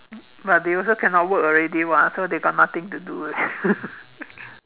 but they also cannot work already [what] so they got nothing to do already